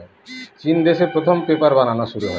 চিন দেশে প্রথম পেপার বানানো শুরু হয়